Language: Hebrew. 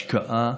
והשקעה,